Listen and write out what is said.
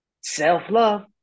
Self-love